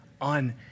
on